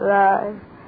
life